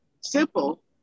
simple